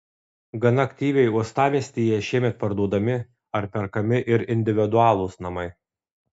gana aktyviai uostamiestyje šiemet parduodami ar perkami ir individualūs namai